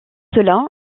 cela